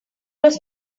was